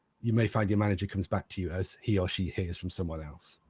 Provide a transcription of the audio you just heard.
you may find your manager comes back to you as he or she hears from somebody else.